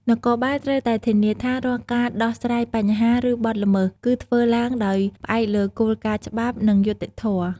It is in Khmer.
នគរបាលត្រូវតែធានាថា រាល់ការដោះស្រាយបញ្ហា ឬបទល្មើស គឺធ្វើឡើងដោយផ្អែកលើគោលការណ៍ច្បាប់ និងយុត្តិធម៌។